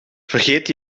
vergeet